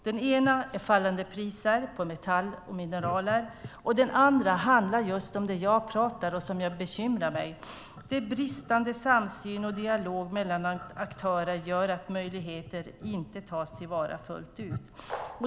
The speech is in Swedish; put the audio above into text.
Den ena är fallande priser på metall och mineraler. Den andra handlar just om det jag pratar om och som bekymrar mig, det vill säga att den bristande samsynen och dialogen mellan aktörer gör att möjligheter inte tas till vara fullt ut.